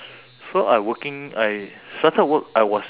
so I working I started work I was